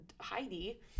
heidi